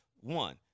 One